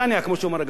כמו שאומר הגשש.